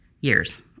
years